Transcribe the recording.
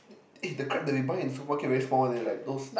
eh the crab that we buy in sueprmarket very small leh like those